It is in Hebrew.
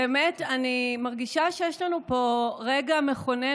באמת אני מרגישה שיש לנו פה רגע מכונן